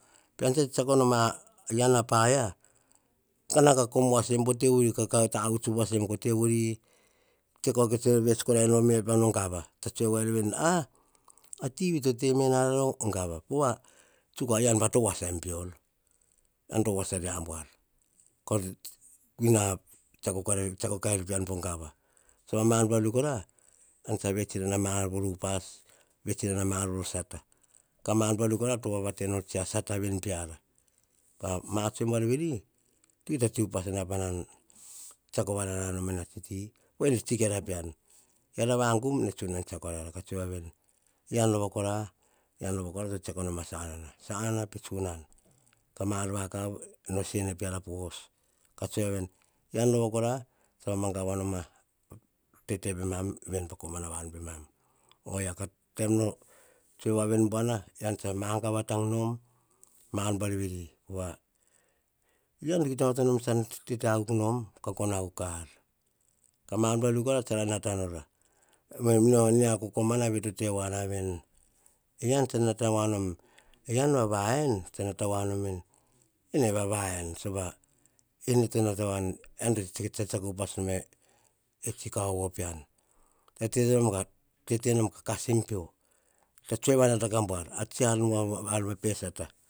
Pean tsa tsetseoko nom, en va paia, ka nao ka kom voasaem, po tevori. Ka tavuts upas em. Ko tevori, te korai nor pa vets me avoan po gava. Ka tsoe vair, veni, a tivi to temena rara po gava, tsuk, ean pa to voasaem peor. Ean to voasa ria buar. Ko tsiako kair pean po gava. Sova ma ar buar veri kori, ean tsa vets inana ma ar voro upas. Vets inana ma ar voro sata. Ka ma ar buar veri kora, to vavate sata veni peara. Ka ma tsoe buar veri, to kita te upas na panan tseako varenana a mia tsi ti, voa veni, tsi kiara pean. Eara vagum ne tsunan tsiako arara. Ean rova kora, ean rova kora, to tsetsako nom a sanana. Sanana pe tsunan. Ka ma ar vakav. No e ene peara po os. Ka tsoe voane veni pa komana vanu pemam. Ovia, ko taim no tsoe voa voni buana, magava tank tete akuk nom, ka gono akuk a ar. Ka ma ar buar veri kora tsara nata nora. Meo kokomana vei to tevoana veni, ean tsa nata voa nom, ean va, va en, nata voa nom veni, ene va, vaen. Sova ne to nata voa nu veni, ean to kita tsetseako upas nom e tsi kaovo pean. Tete no ka kasem pio, kita tse vanata buar, a tsi ar va pe sata.